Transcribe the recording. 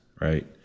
right